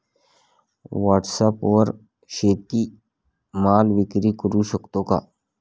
व्हॉटसॲपवर शेती माल विक्री करु शकतो का?